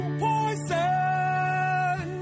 poison